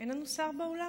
אין לנו שר באולם?